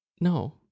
No